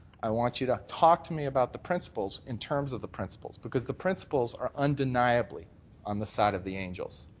i want you to talk to me about the principles in terms of the principles because the principles are undeniably on the side of the angel.